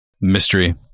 Mystery